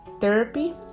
therapy